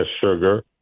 sugar